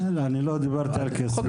לא דיברתי על כסף.